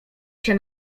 się